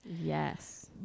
Yes